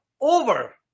over